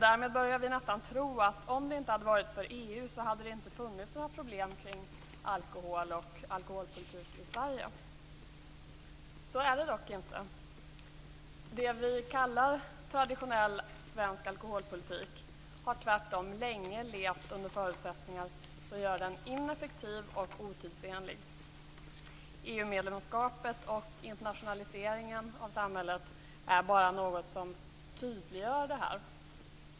Därmed börjar vi nästan tro att om det inte varit för EU hade det inte funnits några problem kring alkohol och alkoholpolitik i Sverige. Så är det dock inte. Det vi kallar traditionell svensk alkoholpolitik har tvärtom länge levt under förutsättningar som gör den ineffektiv och otidsenlig. EU-medlemskapet och internationaliseringen av samhället är bara något som tydliggör detta.